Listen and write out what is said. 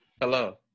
Hello